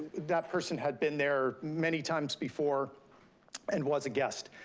that person had been there many times before and was a guest.